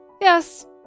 Yes